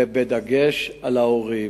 ודגש על ההורים.